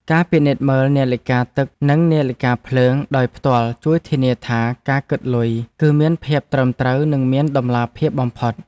ការពិនិត្យមើលនាឡិកាទឹកនិងនាឡិកាភ្លើងដោយផ្ទាល់ជួយធានាថា ការគិតលុយគឺមានភាពត្រឹមត្រូវនិងមានតម្លាភាពបំផុត។